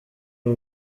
aba